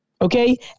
Okay